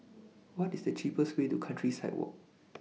What IS The cheapest Way to Countryside Walk